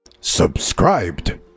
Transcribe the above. Subscribed